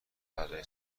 برای